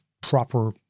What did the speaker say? proper